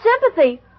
sympathy